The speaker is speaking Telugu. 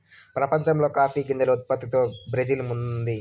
ప్రపంచంలో కాఫీ గింజల ఉత్పత్తిలో బ్రెజిల్ ముందుంది